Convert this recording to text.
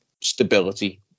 stability